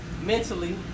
Mentally